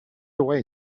away